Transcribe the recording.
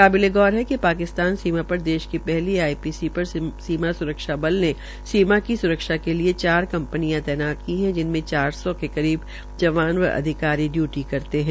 काबिलेगौर है कि पाकिस्तान सीमापर देश की पहली आइपीसी पर सीमा स्रक्षा बल ने सीमा की स्रक्षा के लिये चार कंपनियां तैनात की है जिनमें चार सौ के करीब जवान व अधिकारी डयूटी करते है